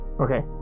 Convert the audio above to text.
Okay